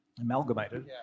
amalgamated